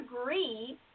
agree